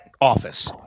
office